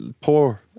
poor